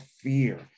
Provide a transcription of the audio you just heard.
fear